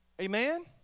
Amen